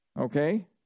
Okay